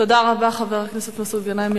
תודה רבה, חבר הכנסת מסעוד גנאים.